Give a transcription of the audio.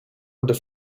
under